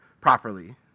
properly